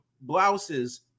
blouses